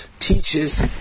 teaches